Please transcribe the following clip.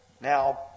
Now